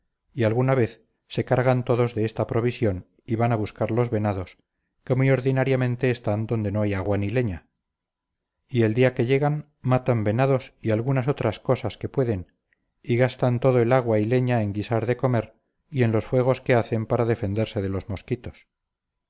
y alguna vez se cargan todos de esta provisión y van a buscar los venados que muy ordinariamente están donde no hay agua ni leña y el día que llegan matan venados y algunas otras cosas que pueden y gastan todo el agua y leña en guisar de comer y en los fuegos que hacen para defenderse de los mosquitos